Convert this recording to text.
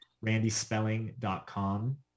randyspelling.com